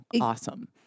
awesome